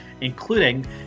including